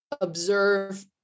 observe